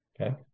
Okay